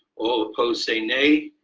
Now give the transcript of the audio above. all opposed say nay.